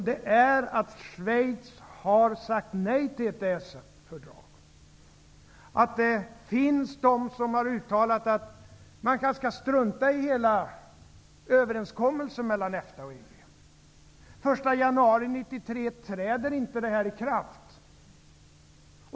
Det är att Schweiz har sagt nej till EES-avtalet, att det finns de som har uttalat att man kanske skall strunta i hela överenskommelsen mellan EFTA och EG. Den 1 januari 1993 träder inte avtalet i kraft.